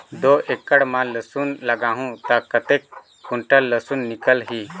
दो एकड़ मां लसुन लगाहूं ता कतेक कुंटल लसुन निकल ही?